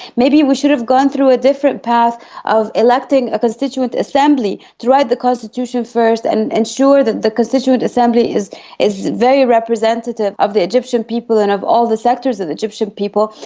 maybe we should have gone through a different path of electing a constituent assembly to write the constitution first and ensure that the constituent assembly is is very representative of the egyptian people and of all the sectors of egyptian people,